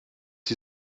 die